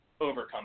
overcome